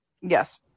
Yes